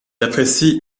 apprécie